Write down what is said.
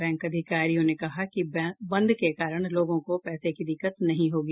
bank अधिकारियों ने कहा कि बंद के कारण लोगों को पैसे की दिक्कत नहीं होगी